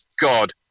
God